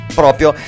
proprio